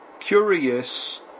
curious